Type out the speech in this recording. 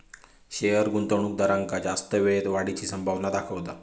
share गुंतवणूकदारांका जास्त वेळेत वाढीची संभावना दाखवता